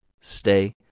stay